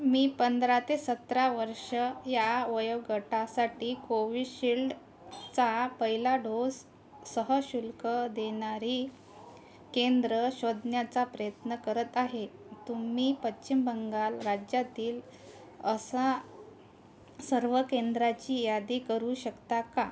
मी पंधरा ते सतरा वर्ष या वयोगटासाठी कोविशील्डचा पहिला डोस सहशुल्क देणारी केंद्रं शोधण्याचा प्रयत्न करत आहे तुम्ही पश्चिम बंगाल राज्यातील असा सर्व केंद्राची यादी करू शकता का